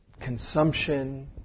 consumption